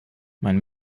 mein